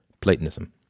Platonism